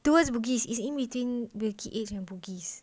towards bugis it's in between wilkie edge and bugis